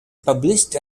published